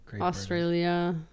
Australia